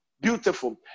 beautiful